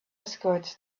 escorts